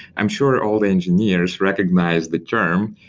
i'm sure all the engineers recognize the term.